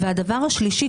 דבר שלישי,